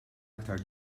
aktar